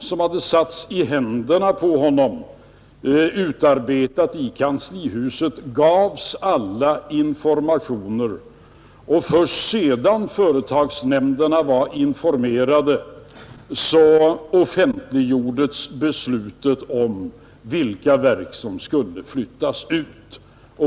Med ett material som satts i händerna på honom och utarbetats i kanslihuset gavs alla informationer. Först sedan företagsnämnderna var informerade offentliggjordes beslutet om vilka verk som skulle flyttas ut.